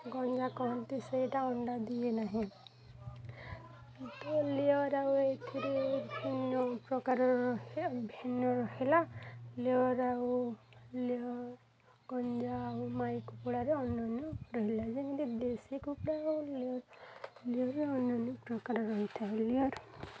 ଗଞ୍ଜା କୁହନ୍ତି ସେଇଟା ଅଣ୍ଡା ଦିଏ ନାହିଁ ତ ଲେୟର୍ ଆଉ ଏଥିରେ ଭିନ୍ନ ପ୍ରକାର ଭିନ୍ନ ରହିଲ ଲେୟର୍ ଆଉ ଲେୟର୍ ଗଞ୍ଜା ଆଉ ମାଈ କୁକୁଡ଼ାରେ ଅନନ୍ୟ ରହିଲା ଯେମିତି ଦେଶୀ କୁକୁଡ଼ା ଆଉ ଲେୟର୍ ଲେୟର୍ ଅନ୍ୟନ୍ୟ ପ୍ରକାର ରହିଥାଏ ଲେୟର୍